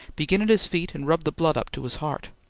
begin at his feet and rub the blood up to his heart.